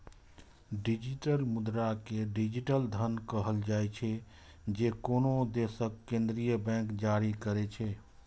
digital मुद्रा कें digital धन कहल जाइ छै, जे कोनो देशक केंद्रीय बैंक जारी करै छै